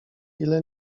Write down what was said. ile